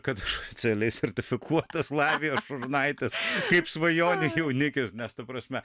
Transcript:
kad oficialiai sertifikuotas lavijos šurnaitės kaip svajonių jaunikis nes ta prasme